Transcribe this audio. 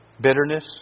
bitterness